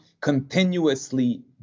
continuously